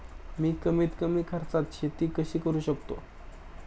मी कमीत कमी खर्चात शेती कशी करू शकतो?